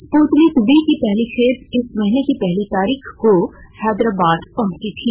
Sputnik V की पहली खेप इस महीने की पहली तारीख को हैदराबाद पहुंची थी